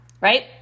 right